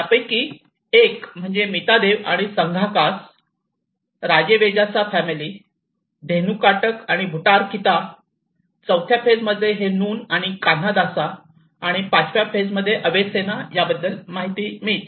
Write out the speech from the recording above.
त्यापैकी एक म्हणजे मितादेव आणि संघाकास राजवेजासा फॅमिली धेनुकाटक आणि भूटारखिता चौथ्या फेज मध्ये हे नुन आणि कान्हादासा आणि पाचव्या फेज मध्ये अवेसेना याबद्दल माहिती मिळते